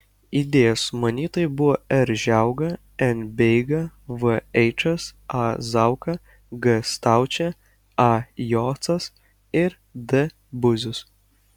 idėjos sumanytojai buvo r žiauga n beiga v eičas a zauka g staučė a jocas ir d buzius